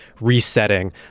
resetting